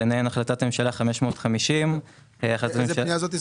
ביניהן החלטת הממשלה מספר 550 לגבי החברה הערבית,